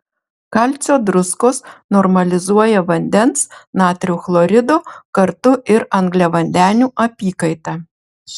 kalcio druskos normalizuoja vandens natrio chlorido kartu ir angliavandenių apykaitą